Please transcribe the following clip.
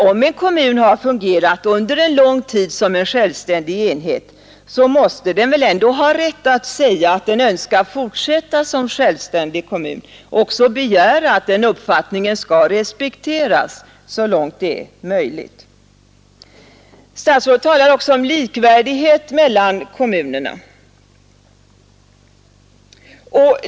Om en kommun under en lång tid har fungerat som en självständig enhet måste den väl ändå ha rätt att säga att den önskar fortsätta som självständig kommun och begära att den uppfattningen respekteras så långt det är möjligt. Vidare talar statsrådet om likvärdighet mellan kommunerna.